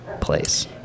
place